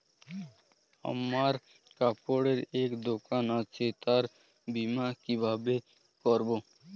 আমার কাপড়ের এক দোকান আছে তার বীমা কিভাবে করবো?